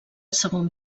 segon